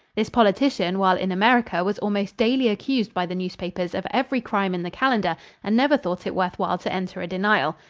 this politician while in america was almost daily accused by the newspapers of every crime in the calendar and never thought it worth while to enter a denial.